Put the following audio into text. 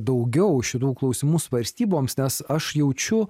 daugiau šitų klausimų svarstyboms nes aš jaučiu